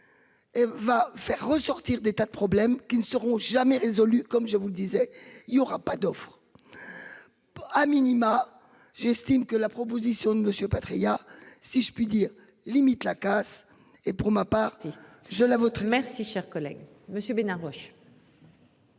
Et va faire ressortir des tas de problèmes qui ne seront jamais résolu comme je vous le disais, il y aura pas d'offre. A minima. J'estime que la proposition de Monsieur Patriat, si je puis dire, limite la casse. Et pour ma part et je l'avoue. Merci, cher collègue,